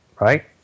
right